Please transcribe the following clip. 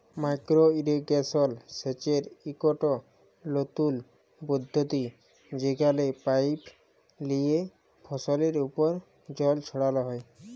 micro irrigation সেচের ইকট লতুল পদ্ধতি যেখালে পাইপ লিয়ে ফসলের উপর জল ছড়াল হ্যয়